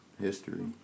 history